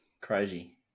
crazy